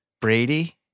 brady